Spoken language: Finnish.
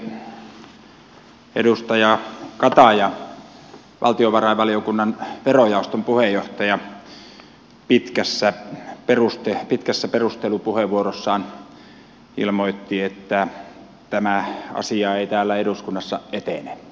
äsken edustaja kataja valtiovarainvaliokunnan verojaoston puheenjohtaja pitkässä perustelupuheenvuorossaan ilmoitti että tämä asia tämä edustaja eestilän aloite ei täällä eduskunnassa etene